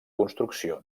construcció